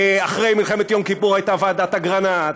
אחרי מלחמת יום כיפור הייתה ועדת אגרנט.